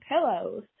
pillows